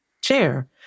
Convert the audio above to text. chair